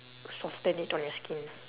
soften it on your skin